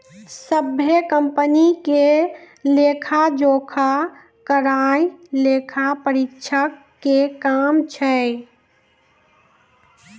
सभ्भे कंपनी के लेखा जोखा करनाय लेखा परीक्षक के काम छै